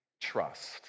trust